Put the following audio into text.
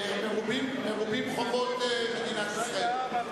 מרובים חובות מדינת ישראל.